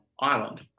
Ireland